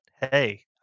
hey